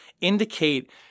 indicate –